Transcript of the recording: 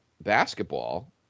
basketball